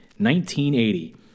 1980